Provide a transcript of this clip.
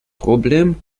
problem